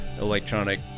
electronic